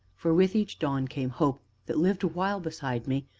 for with each dawn came hope, that lived awhile beside me,